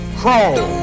crawl